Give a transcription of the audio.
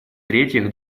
третьих